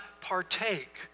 partake